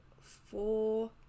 four